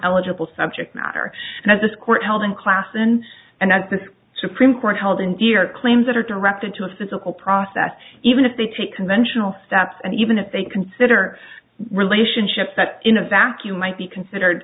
eligible subject matter and as this court held in klassen and that this supreme court held in fear claims that are directed to a physical process even if they take conventional steps and even if they consider relationships that in a vacuum might be considered